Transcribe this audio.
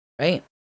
right